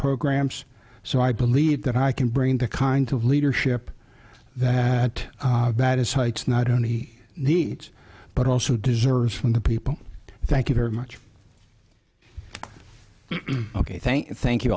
programs so i believe that i can bring the kind of leadership that that is heights not only needs but also deserves from the people thank you very much ok thank you thank you